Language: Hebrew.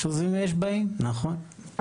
יש עוזבים ויש באים, בדיוק.